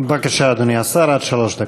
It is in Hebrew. בבקשה, אדוני השר, עד שלוש דקות.